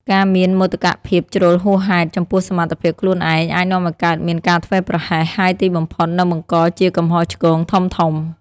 ការមានមោទកភាពជ្រុលហួសហេតុចំពោះសមត្ថភាពខ្លួនឯងអាចនាំឱ្យកើតមានការធ្វេសប្រហែស ហើយទីបំផុតនឹងបង្កជាកំហុសឆ្គងធំៗ។